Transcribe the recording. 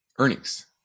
Earnings